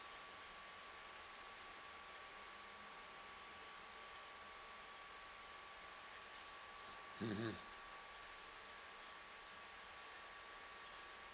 mm mm